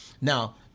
Now